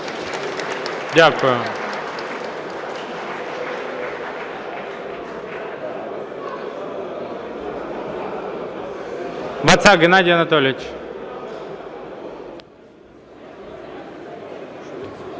Дякую. Вацак Геннадій Анатолійович.